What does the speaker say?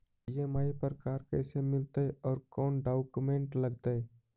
EMI पर car कैसे मिलतै औ कोन डाउकमेंट लगतै?